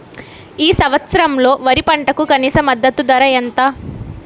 ఈ సంవత్సరంలో వరి పంటకు కనీస మద్దతు ధర ఎంత?